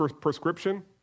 prescription